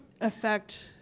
affect